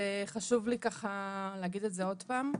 וחשוב לי ככה להגיד את זה עוד פעם.